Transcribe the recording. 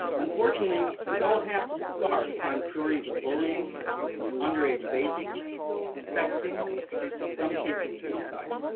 unfortunately, we don't have too far to find stories of bullying under age baby sexting and in some cases suicide.